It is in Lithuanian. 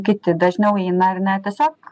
kiti dažniau eina ar ne tiesiog